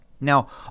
Now